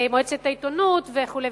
מועצת העיתונות וכו'.